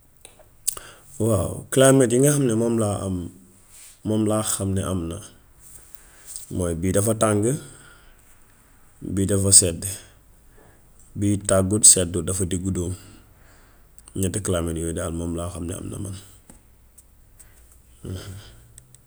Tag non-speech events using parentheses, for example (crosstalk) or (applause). Waaw kalaamet yi nga xam ne moom laa am, moom laa xam ne am na mooy; bii dafa tàng, bii dafa sedd; bii tàngut seddut dafa digg-dóomu. Ñetti kalaamet yooyu daal laa xam ni am na man. (unintelligible)